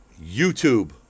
YouTube